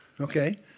okay